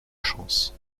chance